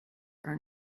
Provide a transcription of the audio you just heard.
are